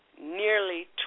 nearly